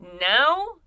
Now